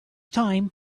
time